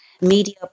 media